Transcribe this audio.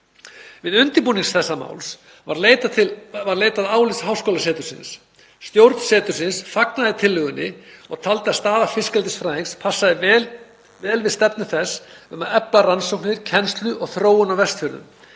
Við undirbúning þessa máls var leitað álits háskólasetursins. Stjórn setursins fagnaði tillögunni og taldi að staða fiskeldisfræðings passaði vel við stefnu þess um að efla rannsóknir, kennslu og þróun á Vestfjörðum.